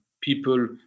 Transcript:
people